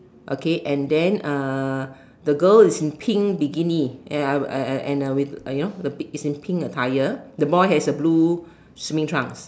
okay and then the girl is in pink bikini you know it's a pink attire and the boy have a blue swimming trunk